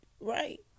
right